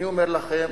אני אומר לכם,